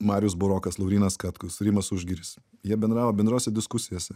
marius burokas laurynas katkus rimas užgiris jie bendravo bendrose diskusijose